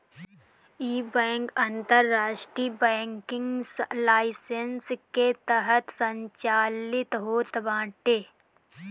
इ बैंक अंतरराष्ट्रीय banking licence के तहत संचालित होत बाटे